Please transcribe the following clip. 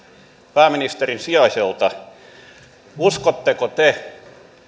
pääministerin sijaiselta uskotteko te